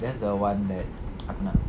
that's the one that aku nak